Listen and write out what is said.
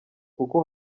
kuko